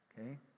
Okay